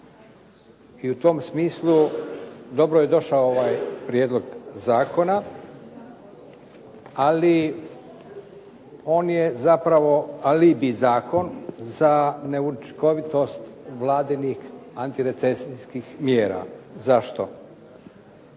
I u tom smislu dobro je došao ovaj prijedlog zakona ali on je zapravo alibi zakon za neučinkovitost Vladinih antirecesijskih mjera. Zašto?